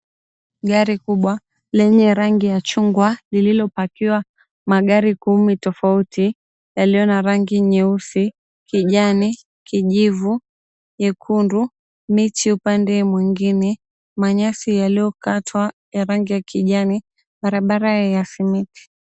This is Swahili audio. Gari kubwa lenye rangi ya chungwa lilillopakiwa magari kumi tofauti yaliyo na rangi nyeusi, kijani, kijivu, nyekundu miti upande mwingine, manyasi yaliyokatwa ya rangi ya kijani, barabara ya simiti.